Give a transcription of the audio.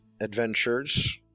adventures